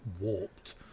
warped